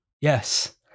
Yes